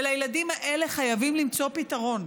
ולילדים האלה חייבים למצוא פתרון.